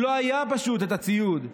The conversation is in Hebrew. פשוט לא היה הציוד,